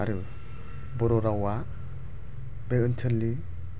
आरो बर' रावआ बे ओन्सोलनि